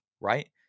right